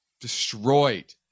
destroyed